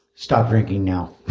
stop drinking now.